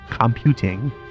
computing